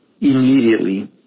immediately